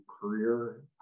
career